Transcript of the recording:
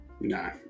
No